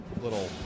little